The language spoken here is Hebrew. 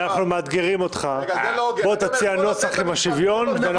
אנחנו מאתגרים אותך: בוא תציע נוסח עם השוויון ואנחנו